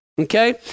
Okay